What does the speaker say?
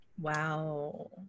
wow